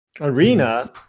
Arena